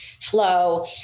flow